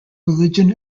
religion